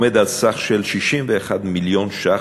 הוא 61 מיליון ש"ח,